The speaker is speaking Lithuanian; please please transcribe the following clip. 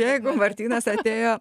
jeigu martynas atėjo